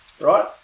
right